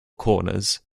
corners